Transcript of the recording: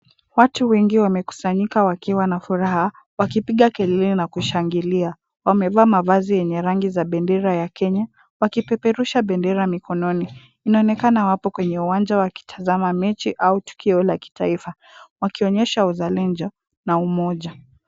Watu wengi wamekusanyika wakiwa na furaha wakipiga kelele na kushangilia. Wamevaa mavazi yenye rangi za bendera ya kenya wakipeperusha bendera mikononi. Inaonekana wapo kwenye uwanja wakitazama mechi au tukio la kitaifa wakionyesha uzalendo na umoja.